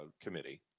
Committee